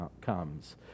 comes